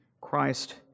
Christ